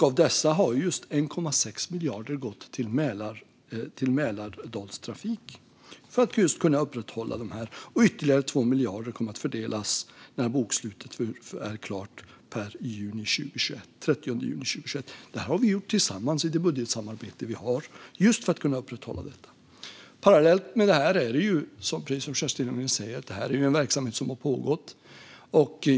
Av dessa 3 miljarder kronor har 1,6 miljarder kronor gått till Mälardalstrafik för att de ska kunna upprätthålla trafik. Ytterligare 2 miljarder kronor kommer att fördelas när bokslutet är klart den 30 juni 2021. Detta har vi gjort tillsammans i det budgetsamarbete som vi har just för att kunna upprätthålla trafiken. Parallellt med detta är det här, precis som Kerstin Lundgren säger, en verksamhet som har pågått.